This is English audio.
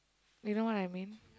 you know what I mean